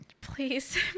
Please